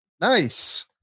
nice